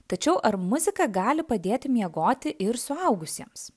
tačiau ar muzika gali padėti miegoti ir suaugusiems